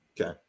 Okay